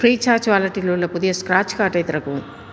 free charge வாலெட்டில் உள்ள புதிய ஸ்க்ராட்ச் கார்டை திறக்கவும்